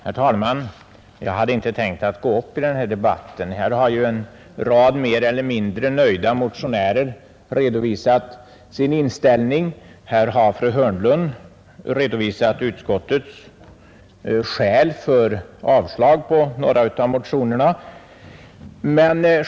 Herr talman! Jag hade inte tänkt gå upp i denna debatt. Här har ju en rad mer eller mindre nöjda motionärer redovisat sin inställning, och fru Hörnlund har redogjort för utskottets motiv att avstyrka några av motionerna.